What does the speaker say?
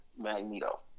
Magneto